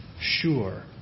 Sure